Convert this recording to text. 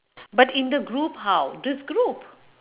but in the group how this group